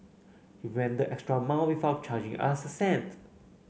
he went the extra mile without charging us a cent